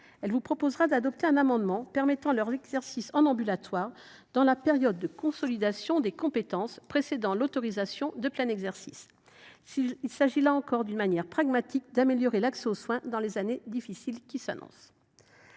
Elle vous proposera d’adopter un amendement visant à autoriser leur exercice en ambulatoire, dans la période de consolidation des compétences précédant la délivrance de l’autorisation de plein exercice. Il s’agit, là encore, d’une manière pragmatique d’améliorer l’accès aux soins dans les années difficiles qui s’annoncent.